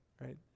right